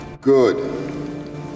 good